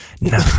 No